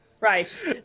Right